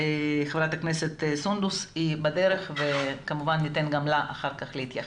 חברת הכנסת סונדוס שהיא בדרך וכמובן שניתן לה אחר כך להתייחס.